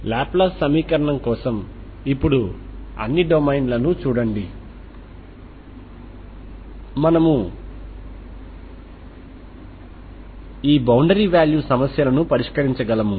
Laplace సమీకరణం కోసం ఇప్పుడు అన్ని డొమైన్లనూ చూడండి మనము ఈ బౌండరీ వాల్యూ సమస్యలను పరిష్కరించగలము